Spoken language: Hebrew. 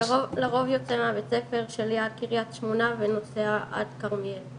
לרוב יוצא מהבית ספר שלי עד קרית שמונה ונוסע עד כרמיאל.